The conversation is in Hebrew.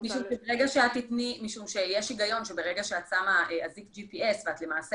משום שיש היגיון שברגע שאת שמה אזיק GPS ואת למעשה